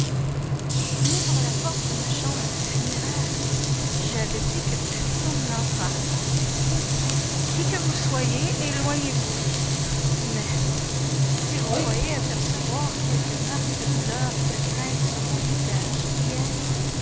qui ouvre la porte de ma chambre funéraire j'avais dit que personne n'entrât qui que vous soyez éloignez-vous mais si vous croyez apercevoir quelque marque de douleur ou de crainte sur mon visage